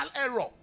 error